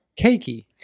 cakey